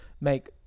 make